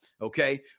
okay